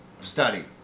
study